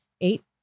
eight